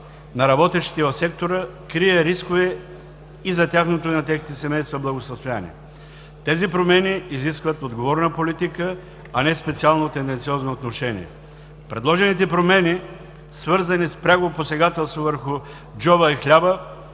на работещите в сектора, крие рискове и за тяхното, и на техните семейства благосъстояние. Тези промени изискват отговорна политика, а не специално, тенденциозно отношение. Предложените промени, свързани с пряко посегателство върху джоба и хляба,